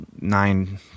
nine